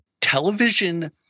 television